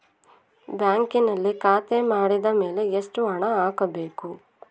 ಬ್ಯಾಂಕಿನಲ್ಲಿ ಖಾತೆ ಮಾಡಿದ ಮೇಲೆ ಎಷ್ಟು ಹಣ ಹಾಕಬೇಕು?